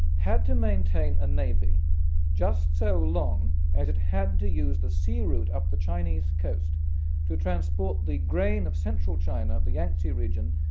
had to maintain a navy just so long as it had to use the sea route up the chinese coast to transport the grain of central china, the yangzi region,